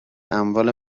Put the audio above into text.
اموال